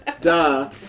Duh